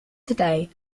today